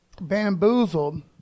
bamboozled